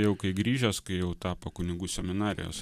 jau kai grįžęs kai jau tapo kunigų seminarijos